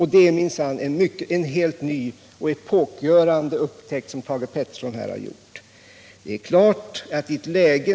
Det är minsann en helt ny och epokgörande upptäckt som Thage Peterson här har gjort.